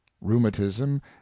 rheumatism